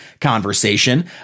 conversation